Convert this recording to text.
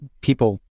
people